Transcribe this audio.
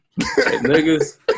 Nigga's